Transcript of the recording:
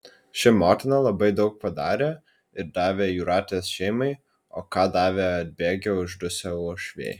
ši motina labai daug padarė ir davė jūratės šeimai o ką davė atbėgę uždusę uošviai